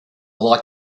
like